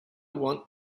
want